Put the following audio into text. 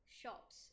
shops